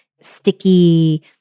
sticky